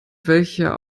welcher